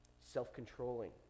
self-controlling